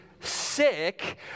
sick